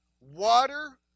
water